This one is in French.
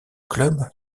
club